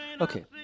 Okay